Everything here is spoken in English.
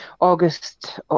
august